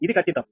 ఇది ఖచ్చితం